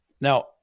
now